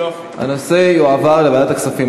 הנושא יועבר לוועדת הכספים.